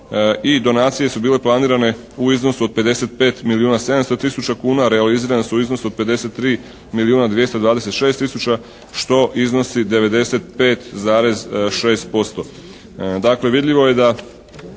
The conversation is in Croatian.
i donacije su bile planirane u iznosu od 55 milijuna 700 tisuća kuna, a realizirane su u iznosu od 53 milijuna 226 tisuća, što iznosi 95,6%.